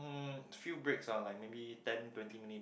mm few breaks ah like maybe ten twenty minutes